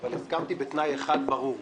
אבל הסכמתי בתנאי אחד ברור,